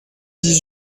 dix